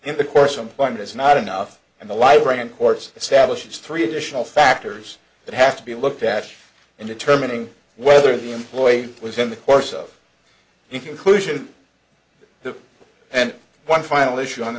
in the course employment is not enough and the library of course establishes three additional factors that have to be looked at in determining whether the employee was in the course of in conclusion the and one final issue on the